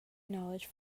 knowledge